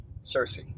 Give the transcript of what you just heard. Cersei